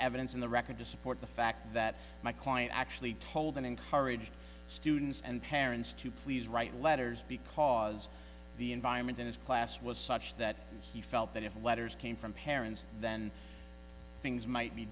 evidence in the record to support the fact that my client actually told and encouraged students and parents to please write letters because the environment in his class was such that he felt that if letters came from parents then things might be